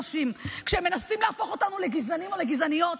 כשהם מנסים להפוך אותנו לגזענים או לגזעניות,